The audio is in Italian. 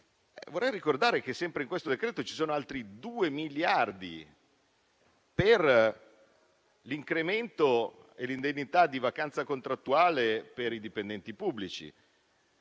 Vorrei ricordare che sempre in questo decreto-legge ci sono altri due miliardi per l'incremento e l'indennità di vacanza contrattuale per i dipendenti pubblici,